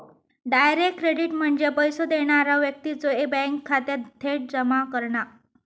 direct credit म्हणजे पैसो देणारा व्यक्तीच्यो बँक खात्यात थेट जमा करणा